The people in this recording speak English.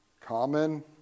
common